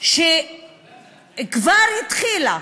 שכבר התחילה,